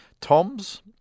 Toms